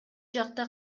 жакта